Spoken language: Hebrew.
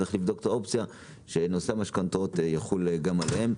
צריך לבדוק אופציה שנושא המשכנתאות יחול גם עליהם.